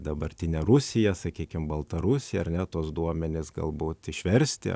dabartinę rusiją sakykim baltarusiją ar ne tuos duomenis galbūt išversti